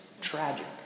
Tragic